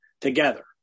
together